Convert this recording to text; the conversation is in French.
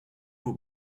aux